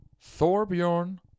Thorbjorn